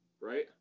right